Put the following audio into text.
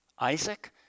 Isaac